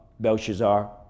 Belshazzar